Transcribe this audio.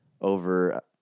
over